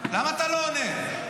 למה אתה לא עונה?